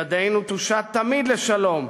ידנו תושט תמיד לשלום,